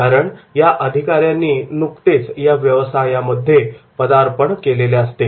कारण या अधिकाऱ्यांनी नुकतेच या व्यवसायामध्ये पदार्पण केलेले असते